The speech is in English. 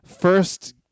first